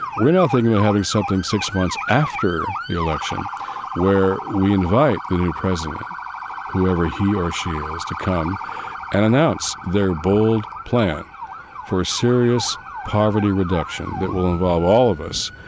we're now thinking of having something six months after the election where we invite the new president whoever he or she is to come and announce their bold plan for a serious poverty reduction that will involve all of us